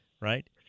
right